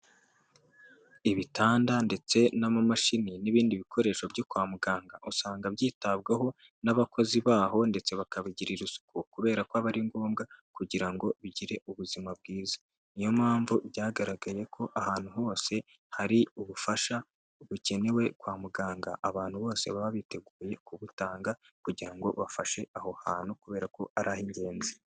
Ibitanda ndetse n'amamashini n'ibindi bikoresho byo kwa muganga usanga byitabwaho n'abakozi baho ndetse bakabigirira isuku kubera ko aba ari ngombwa kugira ngo bigire ubuzima bwiza . Niyo mpamvu byagaragaye ko ahantu hose hari ubufasha bukenewe kwa muganga abantu bose baba biteguye kubutanga kugira ngo bafashe aho hantu kubera ko ari ingenzi.